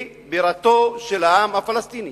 היא בירתו של העם הפלסטיני.